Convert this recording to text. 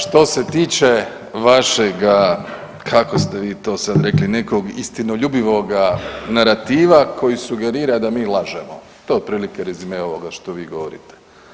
Što se tiče vašega kako ste vi to sada rekli istinoljubivoga narativa koji sugerira da mi lažemo, to je otprilike rezime ovoga što vi govorite.